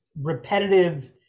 repetitive